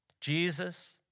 Jesus